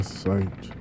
sight